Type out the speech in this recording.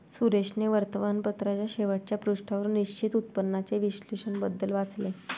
सुरेशने वर्तमानपत्राच्या शेवटच्या पृष्ठावर निश्चित उत्पन्नाचे विश्लेषण बद्दल वाचले